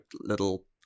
little